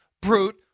brute